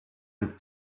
his